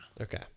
Okay